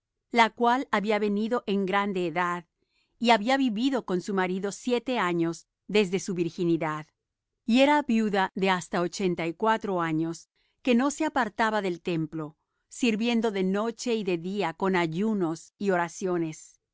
la cual había venido en grande edad y había vivido con su marido siete años desde su virginidad y era viuda de hasta ochenta y cuatro años que no se apartaba del templo sirviendo de noche y de día con ayunos y oraciones